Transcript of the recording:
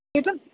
बेथ'